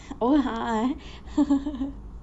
oh a'ah eh